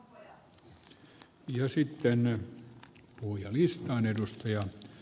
arvoisa herra puhemies